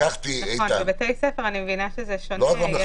נכון, ובבתי ספר אני מבינה שזה שונה.